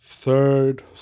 Third